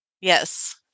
Yes